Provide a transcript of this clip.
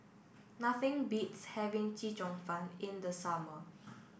nothing beats having Chee Cheong Fun in the summer